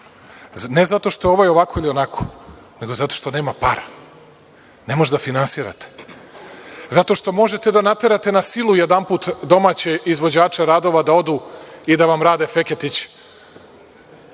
ne zato što je ovo ovako ili onako, nego zato što nema para. Ne može da finansirate. Zato što možete da naterate na silu jedanput domaće izvođače radova da odu i da vam rade Feketić,